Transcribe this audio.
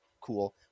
cool